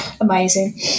Amazing